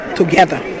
together